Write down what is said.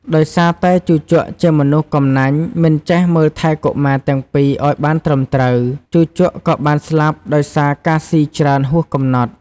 ដោយសារតែជូជកជាមនុស្សកំណាញ់ មិនចេះមើលថែកុមារទាំងពីរឱ្យបានត្រឹមត្រូវ ជូជកក៏បានស្លាប់ដោយសារការស៊ីច្រើនហួសកំណត់។